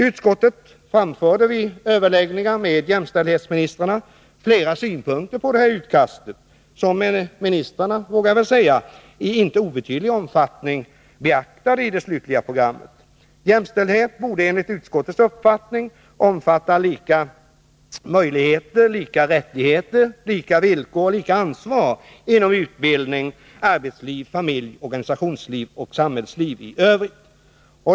Utskottet framförde vid överläggningar med jämställdhetsministrarna flera synpunkter på utkastet, och jag vågar säga att ministrarna i inte obetydlig omfattning beaktade dessa i det slutliga programmet. Jämställdhet borde enligt utskottets uppfattning omfatta lika möjligheter, lika rättigheter, lika villkor och lika ansvar inom utbildning, arbetsliv, familj, organisationsliv och samhällsliv i övrigt.